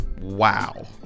wow